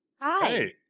hi